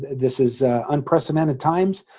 this is ah unprecedented times.